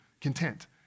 content